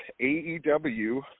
AEW